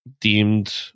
deemed